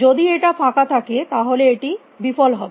যদি এটা ফাঁকা থাকে তাহলে এটি বিফলতা হবে